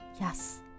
Yes